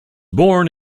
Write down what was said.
born